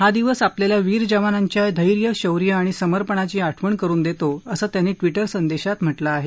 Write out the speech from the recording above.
हा दिवस आपल्याला वीर जवांनाच्या धैर्य शौर्य आणि समर्पणाची आठवण करुन देतो असं त्यांनी ट्वीटर संदेशात म्हटलं आहे